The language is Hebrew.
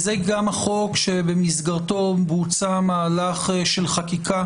זה גם החוק שבמסגרתו בוצע מהלך של חקיקה